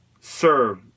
serve